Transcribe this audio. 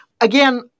again